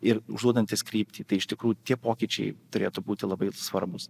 ir užduodantis kryptį tai iš tikrųjų tie pokyčiai turėtų būti labai svarbūs